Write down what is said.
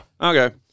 Okay